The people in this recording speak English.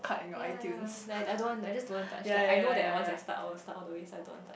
yea yea like I don't want I just don't want touch like I know that once I start I will start all the way so I don't want touch